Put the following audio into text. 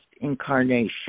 incarnation